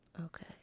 Okay